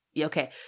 okay